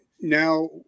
now